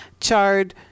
chard